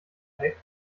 fact